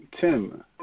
Tim